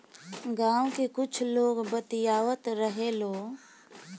गाँव के कुछ लोग बतियावत रहेलो